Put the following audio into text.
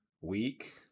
week